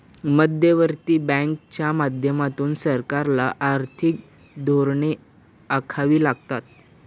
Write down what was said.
मध्यवर्ती बँकांच्या माध्यमातून सरकारला आर्थिक धोरणे आखावी लागतात